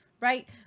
right